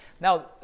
now